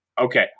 Okay